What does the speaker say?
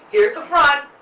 here's the front.